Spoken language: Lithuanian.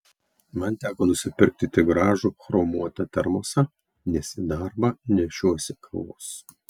man teko nusipirkti tik gražų chromuotą termosą nes į darbą nešiuosi kavos